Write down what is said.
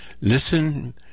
listen